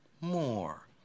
more